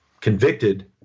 convicted